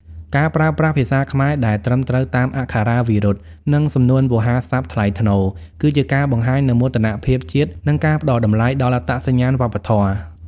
ការប្រើប្រាស់ភាសាខ្មែរដែលត្រឹមត្រូវតាមអក្ខរាវិរុទ្ធ និងសំនួនវោហារស័ព្ទថ្លៃថ្នូរ គឺជាការបង្ហាញនូវមោទនភាពជាតិ និងការផ្តល់តម្លៃដល់អត្តសញ្ញាណវប្បធម៌។